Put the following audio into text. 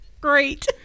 great